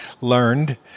learned